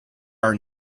are